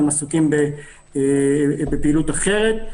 הם עסוקים בפעילות אחרת.